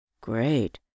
Great